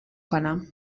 کنم